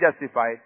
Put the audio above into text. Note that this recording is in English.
justified